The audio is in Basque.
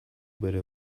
bere